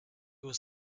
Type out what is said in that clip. was